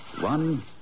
One